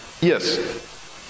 Yes